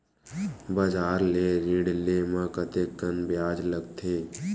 बजार ले ऋण ले म कतेकन ब्याज लगथे?